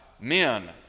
men